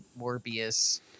Morbius